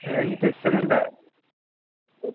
ఏమండీ చెప్తామండి